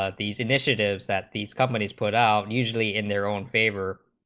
ah these initiatives that these companies put out usually in their own favor